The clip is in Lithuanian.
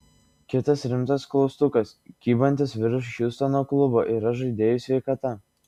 kitas rimtas klaustukas kybantis virš hjustono klubo yra žaidėjų sveikata